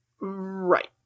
Right